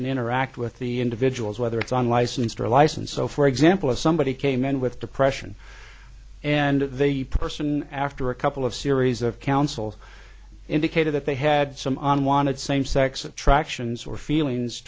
interact with the individuals whether it's unlicensed or license so for example if somebody came in with depression and the person after a couple of series of counsel indicated that they had some unwanted same sex attractions or feelings